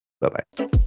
Bye-bye